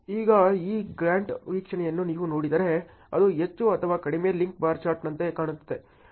ಈಗ ಈ ಗ್ಯಾಂಟ್ ವೀಕ್ಷಣೆಯನ್ನು ನೀವು ನೋಡಿದರೆ ಅದು ಹೆಚ್ಚು ಅಥವಾ ಕಡಿಮೆ ಲಿಂಕ್ ಬಾರ್ ಚಾರ್ಟ್ನಂತೆ ಕಾಣುತ್ತದೆ